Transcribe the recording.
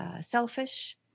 selfish